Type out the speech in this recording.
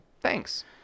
thanks